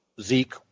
Zeke